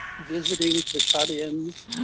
visiting for shut-ins.